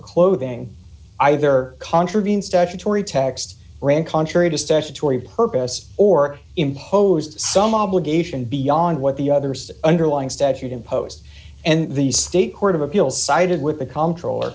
clothing either contravened statutory text ran contrary to statutory purpose or imposed some obligation beyond what the others the underlying statute imposed and the state court of appeals sided with the comptroller